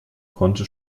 konnte